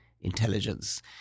intelligence